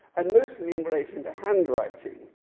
and mostly in relation to handwriting,